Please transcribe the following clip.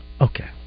Okay